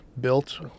built